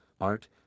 art